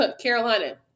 Carolina